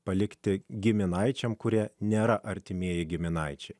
palikti giminaičiams kurie nėra artimieji giminaičiai